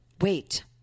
Wait